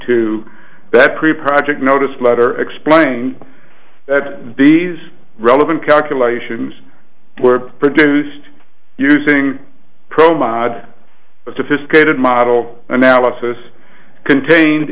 to that pre project notice letter explaining that these relevant calculations were produced using promo sophisticated model analysis contained